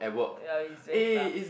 ya you say tough